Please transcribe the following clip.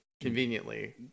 conveniently